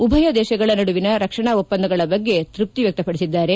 ಉಭಯ ದೇಶಗಳ ನಡುವಿನ ರಕ್ಷಣಾ ಒಪ್ಪಂದಗಳ ಬಗ್ಗೆ ತೃಪ್ತಿ ವ್ಯಕ್ತಪಡಿಸಿದ್ದಾರೆ